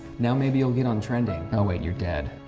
now maybe you'll get on trending. no wait, you're dead.